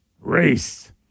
Race